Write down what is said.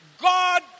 God